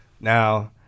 Now